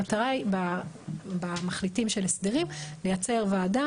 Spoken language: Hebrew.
המטרה במחליטים של הסדרים היא לייצר ועדה